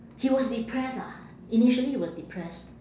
he was depressed ah initially he was depressed